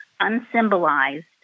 unsymbolized